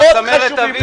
מאוד חשובים.